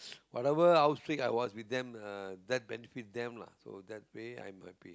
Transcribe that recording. whatever how strict I was with them uh that benefited them lah so that really I'm happy